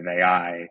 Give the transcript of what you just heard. AI